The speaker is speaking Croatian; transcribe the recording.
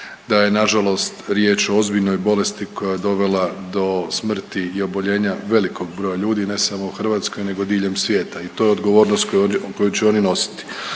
da je nažalost riječ o ozbiljnoj bolesti koja je dovela do smrti i oboljenja velikog broja ljudi, ne samo u Hrvatskoj nego diljem svijeta i to je odgovornost koju će oni nositi.